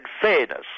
fairness